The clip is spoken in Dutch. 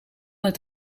het